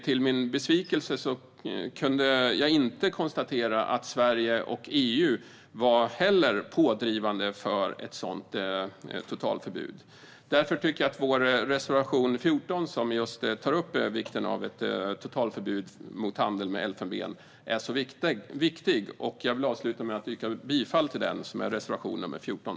Till min besvikelse kunde jag konstatera att inte heller Sverige och EU var pådrivande för ett sådant totalförbud. Därför tycker jag att vår reservation 14, som just tar upp vikten av ett totalförbud mot handel med elfenben, är så viktig och vill avsluta med att yrka bifall till den.